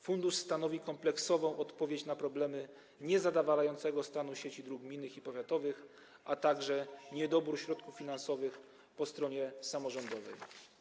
Fundusz stanowi kompleksową odpowiedź na problemy niezadowalającego stanu sieci dróg gminnych i powiatowych, a także niedobór środków finansowych po stronie samorządowej.